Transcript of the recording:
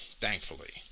thankfully